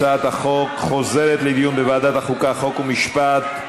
הצעת החוק חוזרת לדיון בוועדת החוקה, חוק ומשפט.